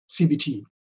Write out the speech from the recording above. CBT